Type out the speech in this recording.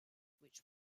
which